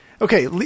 okay